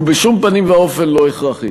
הוא בשום פנים ואופן לא הכרחי.